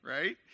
Right